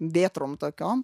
vėtrom tokiom